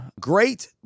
Great